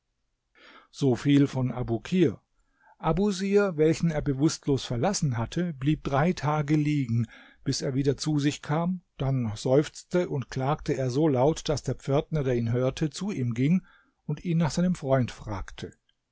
so viel von abukir abusir welchen er bewußtlos verlassen hatte blieb drei tage liegen bis er wieder zu sich kam dann seufzte und klagte er so laut daß der pförtner der ihn hörte zu ihm ging und ihn nach seinem freund fragte